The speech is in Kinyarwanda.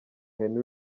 henry